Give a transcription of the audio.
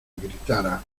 gritara